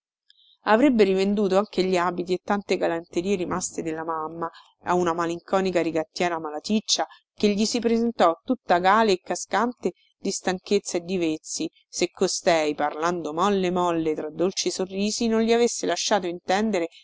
avrebbe rivenduto anche gli abiti e tante galanterie rimaste della mamma a una malinconica rigattiera malaticcia che gli si presentò tutta gale e cascante di stanchezza e di vezzi se costei parlando molle molle tra dolci sorrisi non gli avesse lasciato intendere